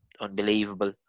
unbelievable